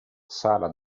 sala